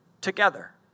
together